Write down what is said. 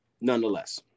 Nonetheless